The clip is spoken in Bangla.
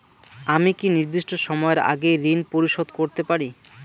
আমি কি নির্দিষ্ট সময়ের আগেই ঋন পরিশোধ করতে পারি?